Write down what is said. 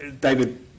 David